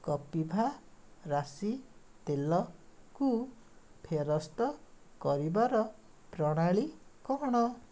କପିଭା ରାଶି ତେଲକୁ ଫେରସ୍ତ କରିବାର ପ୍ରଣାଳୀ କ'ଣ